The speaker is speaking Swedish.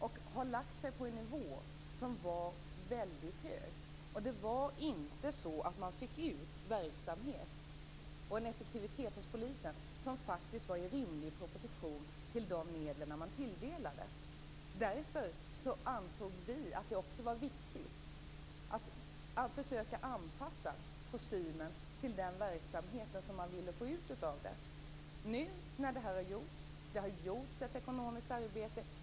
De har lagt sig på en väldigt hög nivå. Det var inte så att man fick ut en verksamhet och en effektivitet hos polisen som stod i rimlig proportion till de medel man tilldelades. Därför ansåg vi att det var viktigt att försöka anpassa kostymen till verksamheten så att man fick ut det man ville av den. Nu har det gjorts ett ekonomiskt arbete.